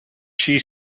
she